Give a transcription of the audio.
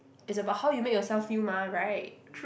it's about how you make yourself feel mah right